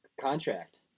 contract